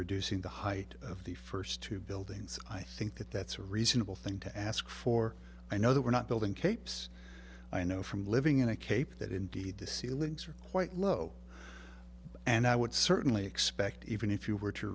reducing the height of the first two buildings i think that's a reasonable thing to ask for i know that we're not building capes i know from living in a cape that indeed the ceilings are quite low and i would certainly expect even if you were to